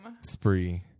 spree